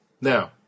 Now